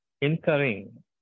incurring